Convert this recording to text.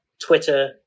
Twitter